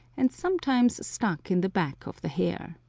and sometimes stuck in the back of the hair.